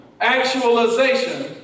actualization